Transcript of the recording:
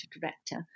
director